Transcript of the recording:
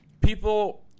people